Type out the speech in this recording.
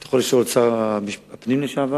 אתה יכול לשאול את שר המשפטים לשעבר,